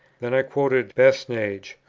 then i quoted basnage,